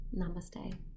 Namaste